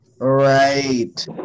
Right